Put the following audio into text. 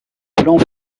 plans